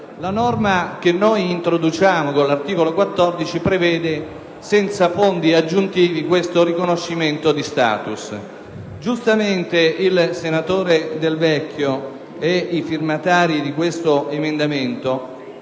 La norma che introduciamo con l'articolo 14 prevede, senza fondi aggiuntivi, questo riconoscimento di *status*. Giustamente il senatore Del Vecchio e gli atti firmatari di questo emendamento